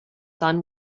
son